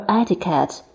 etiquette